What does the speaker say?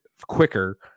quicker